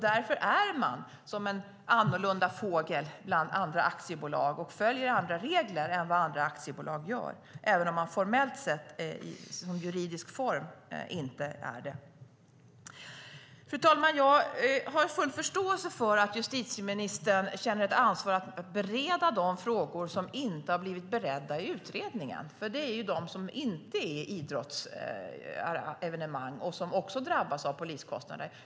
Därför är de som främmande fåglar bland andra aktiebolag och följer andra regler än vad andra aktiebolag gör, även om de formellt sett inte har en annan juridisk form. Fru talman! Jag har full förståelse för att justitieministern känner ett ansvar för att bereda de frågor som inte har blivit beredda i utredningen, för det finns ju de som inte är i idrottsevenemang och som också drabbas av poliskostnader.